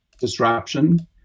disruption